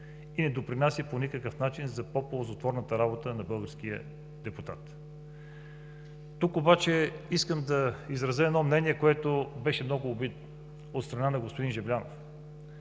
и не се допринася по никакъв начин за по-ползотворната работа на българския депутат. Тук обаче искам да изразя едно мнение. Беше много обидно от страна на господин Жаблянов